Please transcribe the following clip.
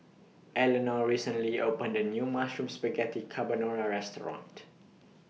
Elinor recently opened A New Mushroom Spaghetti Carbonara Restaurant